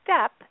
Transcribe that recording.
step